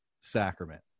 sacrament